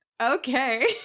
Okay